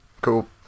Cool